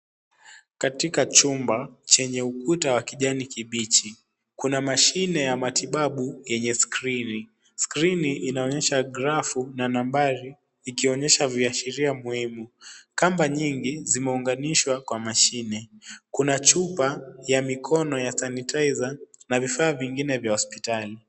Katika chumba chenye ukuta wa kijani kibichi, kuna mashine ya matibabu yenye skrini . Skrini inaonyesha grafu na nambari ikionyesha viashiria muhimu. Kamba nyingi zimeunganishwa kwa mashine. Kuna chupa ya mikono ya sanitizer na vifaa vingine vya hospitali.